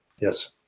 Yes